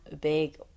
big